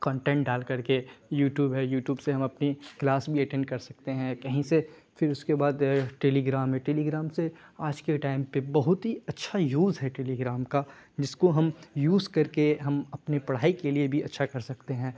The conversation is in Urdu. کونٹینٹ ڈال کر کے یو ٹیوب ہے یو ٹیوب سے ہم اپنی کلاس بھی اٹینڈ کر سکتے ہیں کہیں سے پھر اس کے بعد ٹیلی گرام ہے ٹیلی گرام سے آج کے ٹائم پہ بہت ہی اچھا یوز ہے ٹیلی گرام کا جس کو ہم یوز کر کے ہم اپنے پڑھائی کے لیے بھی اچھا کر سکتے ہیں